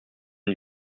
une